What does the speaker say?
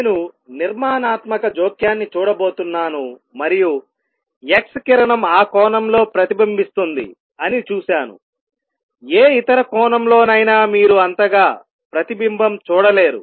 నేను నిర్మాణాత్మక జోక్యాన్ని చూడబోతున్నాను మరియు X కిరణం ఆ కోణంలో ప్రతిబింబిస్తుంది అని చూశానుఏ ఇతర కోణంలోనైనా మీరు అంతగా ప్రతిబింబం చూడలేరు